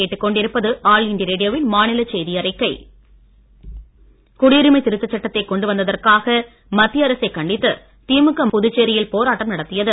பாண்டி திமுக குடியுரிமை திருத்த சட்டத்தை கொண்டு வந்ததற்காக மத்திய அரசைக் கண்டித்து திமுக இன்று புதுச்சேரியில் போராட்டம் நடத்தியது